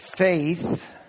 Faith